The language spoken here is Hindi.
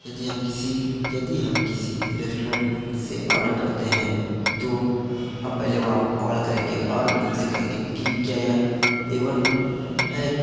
यदि हम किसी यदि हम किसी रेस्टोरेंट से ऑर्डर करते हैं तो हम पहले वहाँ कॉल करेंगे और उनसे कहेंगे कि क्या यह एवन है